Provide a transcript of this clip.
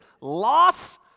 loss